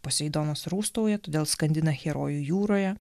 poseidonas rūstauja todėl skandina herojų jūroje